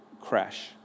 crash